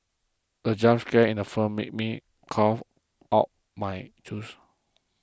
the jump scare in the film made me cough out my juice